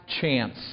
chance